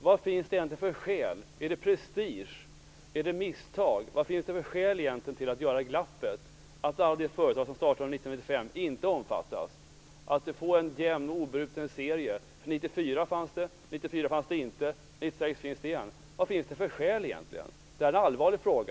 Vad finns det egentligen för skäl? Är det prestige? Är det misstag? Vad finns det egentligen för skäl till att göra det här glappet som innebär att alla de företag som startar under 1995 inte omfattas? Här hade man kunnat få en ojämn och obruten serie. 1994 fanns det, 1995 fanns det inte och 1996 finns det igen. Vad finns det för skäl egentligen? Det här är en allvarlig fråga.